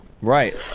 Right